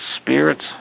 spirits